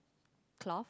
cloth